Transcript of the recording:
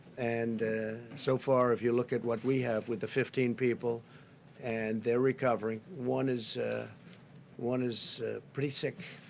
and so far, if you look at what we have with the fifteen people and they're recovering, one is one is pretty sick,